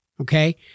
okay